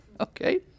okay